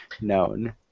known